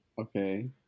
Okay